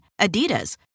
Adidas